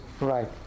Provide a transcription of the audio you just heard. right